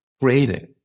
creating